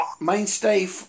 mainstay